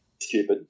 stupid